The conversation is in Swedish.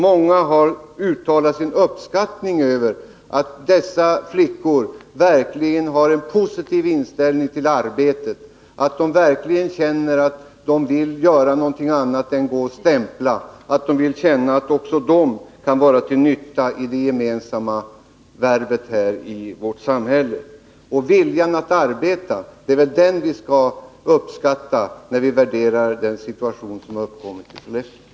Många har uttalat sin uppskattning över att dessa flickor verkligen har en positiv inställning till arbetet. Att de vill göra något annat än gå och stämpla, att de vill känna att också de kan vara till nytta i det gemensamma värvet i vårt samhälle. Och viljan att arbeta — det är den vi skall uppskatta när vi värderar den situation som har uppkommit i Sollefteå!